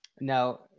Now